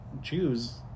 Jews